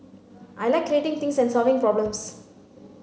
I like creating things and solving problems